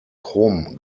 chrom